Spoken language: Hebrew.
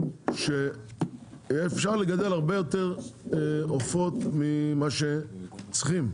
שיהיה אפשר לגדל הרבה יותר עופות ממש שצריכים.